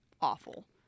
awful